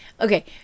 Okay